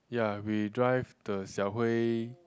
ya we drive the xiao-hui